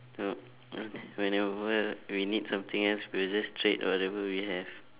uh whenever we need something else we'll just trade whatever we have